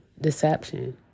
deception